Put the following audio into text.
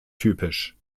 typisch